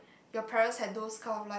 your parents had those kind of like